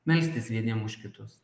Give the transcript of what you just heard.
melstis vieniem už kitus